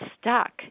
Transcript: stuck